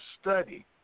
study